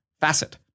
facet